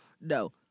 No